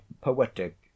poetic